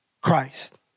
Christ